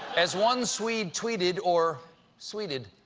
as one swede tweeted, or sweeted,